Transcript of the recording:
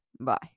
Bye